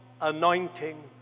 anointing